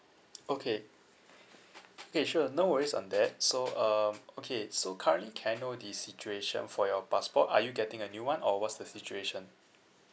okay okay sure no worries on that so um okay so currently can I know the situation for your passport are you getting a new one or what's the situation